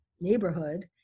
neighborhood